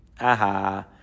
Aha